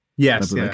Yes